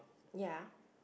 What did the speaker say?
ya